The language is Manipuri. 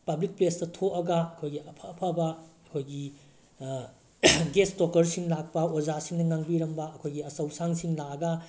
ꯄꯥꯕ꯭ꯂꯤꯛ ꯄ꯭ꯂꯦꯁꯇ ꯊꯣꯛꯑꯒ ꯑꯩꯈꯣꯏꯒꯤ ꯑꯐ ꯑꯐꯕ ꯑꯩꯈꯣꯏꯒꯤ ꯒꯦꯁ ꯇꯣꯛꯀꯔꯁꯤꯡ ꯂꯥꯛꯄ ꯑꯣꯖꯥꯁꯤꯡꯅ ꯉꯥꯡꯕꯤꯔꯝꯕ ꯑꯩꯈꯣꯏꯒꯤ ꯑꯆꯧ ꯑꯁꯥꯡꯁꯤꯡ ꯂꯥꯛꯑꯒ